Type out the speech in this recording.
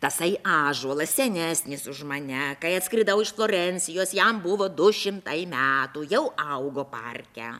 tasai ąžuolas senesnis už mane kai atskridau iš florencijos jam buvo du šimtai metų jau augo parke